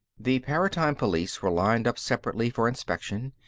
the paratime police were lined up separately for inspection,